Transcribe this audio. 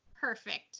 perfect